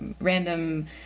random